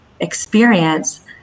experience